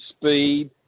speed